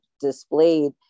displayed